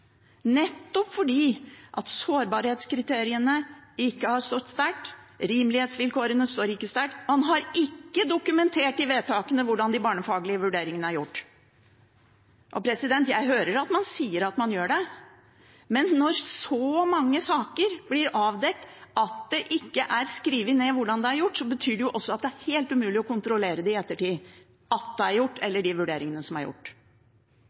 nettopp fordi sårbarhetskriteriene ikke har stått sterkt, rimelighetsvilkårene står ikke sterkt, og man har ikke dokumentert i vedtakene hvordan de barnefaglige vurderingene er gjort. Jeg hører at man sier at man gjør det, men når det i så mange saker blir avdekket at det ikke er skrevet ned hvordan det er gjort, betyr det også at det er helt umulig å kontrollere i ettertid at det er gjort – eller de vurderingene som er gjort.